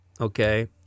okay –